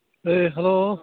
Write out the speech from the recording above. A hello